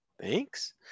thanks